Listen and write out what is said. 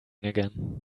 again